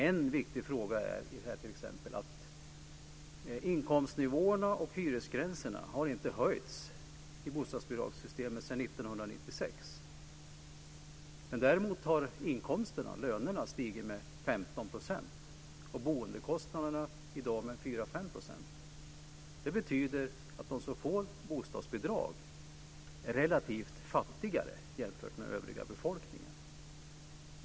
En viktig fråga är t.ex. att inkomstnivåerna och hyresgränserna inte har höjts i bostadsbidragssystemet sedan 1996. Däremot har lönerna stigit med 15 %, och boendekostnaderna har i dag stigit med 4-5 %. Det betyder att de som får bostadsbidrag är relativt fattigare jämfört med övriga befolkningen.